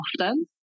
often